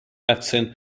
medicine